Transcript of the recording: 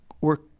work